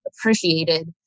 appreciated